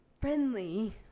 friendly